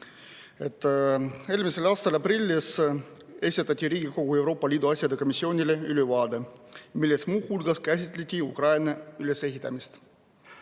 Eelmise aasta aprillis esitati Riigikogu Euroopa Liidu asjade komisjonile ülevaade, milles muu hulgas käsitleti Ukraina ülesehitamist.